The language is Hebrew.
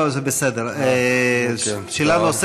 אל תחלק לי ציונים, לא, זה בסדר.